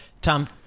Tom